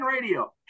radio